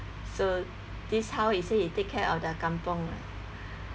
so this how he say he take care of the kampung